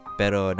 pero